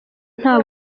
nta